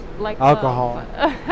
Alcohol